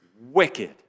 wicked